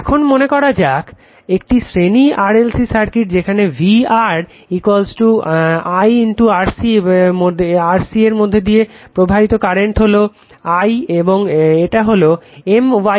এখন মনে করা যাক এটা একটি শ্রেণী RLC সার্কিট যেখানে VR I RC এর মধ্যে দিয়ে প্রবাহিত কারেন্ট হলো I এবং এটা হলো mYL